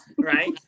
Right